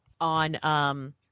on –